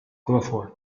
crawford